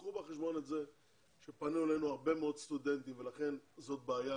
קחו בחשבון את זה שפנו אלינו הרבה מאוד סטודנטים ולכן זאת בעיה